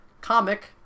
comic